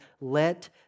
let